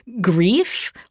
grief